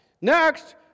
Next